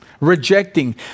rejecting